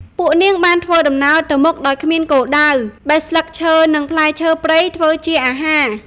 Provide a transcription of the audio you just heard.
ពួកនាងបានធ្វើដំណើរទៅមុខដោយគ្មានគោលដៅ បេះស្លឹកឈើ និងផ្លែឈើព្រៃធ្វើជាអាហារ។